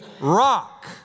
rock